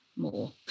more